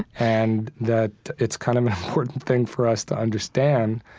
and that it's kind of an important thing for us to understand,